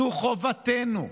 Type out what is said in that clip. זו חובתנו,